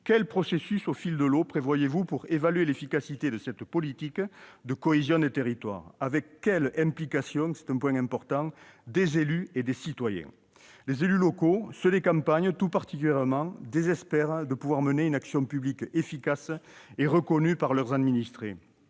Quel processus au fil de l'eau prévoyez-vous pour évaluer l'efficacité de cette politique de cohésion des territoires ? Avec quelle implication- c'est une question importante -des élus et des citoyens ? Les élus locaux, tout particulièrement ceux des campagnes, désespèrent de pouvoir mener une action publique efficace et reconnue par leurs administrés.